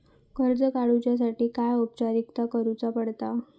कर्ज काडुच्यासाठी काय औपचारिकता करुचा पडता?